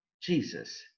Jesus